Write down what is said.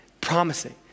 promising